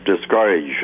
discourage